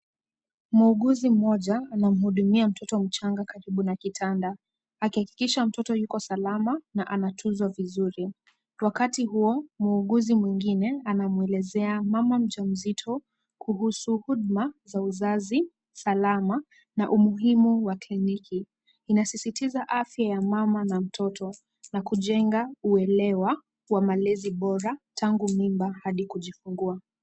Muuguzi mmoja anamhudumia mtoto mchanga karibu na kitanda, akihakikisha mtoto yuko salama na anatunzwa vizuri. Wakati huo, muuguzi mwingine anamwelezea mama mjamzito kuhusu huduma za uzazi salama na umuhimu wa kliniki. Inasisitiza afya ya mama na mtoto na kujenga uelewa wa malezi bora tangu mimba hadi kujifungua.